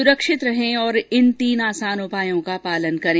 सुरक्षित रहें और इन तीन आसान उपायों का पालन करें